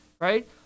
right